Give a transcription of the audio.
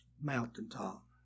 mountaintop